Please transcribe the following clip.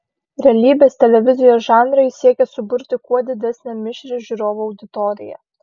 realybės televizijos žanrai siekia suburti kuo didesnę mišrią žiūrovų auditoriją